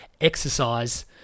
exercise